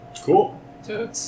Cool